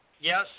yes